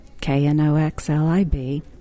K-N-O-X-L-I-B